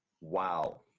Wow